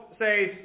says